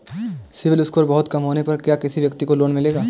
CIBIL score बहुत कम होने पर क्या किसी व्यक्ति को लोंन मिलेगा?